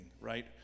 right